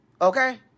Okay